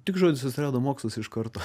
tik žodis atrodo mokslas iš karto